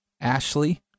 Ashley